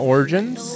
Origins